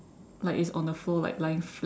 like it's on the floor like lying flat